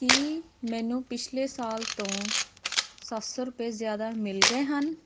ਕੀ ਮੈਨੂੰ ਪਿਛਲੇ ਸਾਲ ਤੋਂ ਸੱਤ ਸੌ ਰੁਪਏ ਜ਼ਿਆਦਾ ਮਿਲ ਗਏ ਹਨ